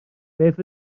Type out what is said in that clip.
beth